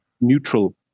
neutral